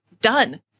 done